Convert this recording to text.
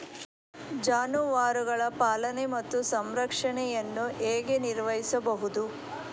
ಜಾನುವಾರುಗಳ ಪಾಲನೆ ಮತ್ತು ಸಂರಕ್ಷಣೆಯನ್ನು ಹೇಗೆ ನಿರ್ವಹಿಸಬಹುದು?